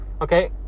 okay